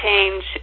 change